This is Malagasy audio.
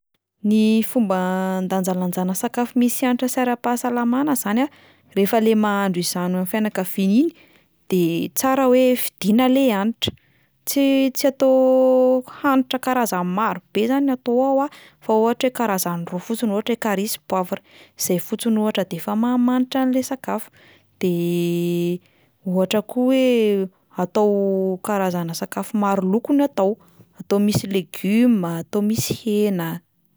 Ny fomba handanjalanjana sakafo misy hanitra sy ara-pahasalamana zany a, rehefa le mahandro izany ho an'ny fianakaviana iny de tsara hoe fidiana le hanitra, tsy- tsy atao hanitra karazany marobezany no atao ao a, fa ohatra hoe karazany roa fotsiny, ohatra hoe cari sy poavra, zay fotsiny ohatra de efa mahamanita an'le sakafo, de ohatra koa hoe atao karazana sakafo maro loko no atao, atao misy legioma, atao misy hena.